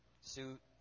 suit